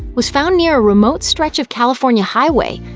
was found near a remote stretch of california highway.